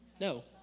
no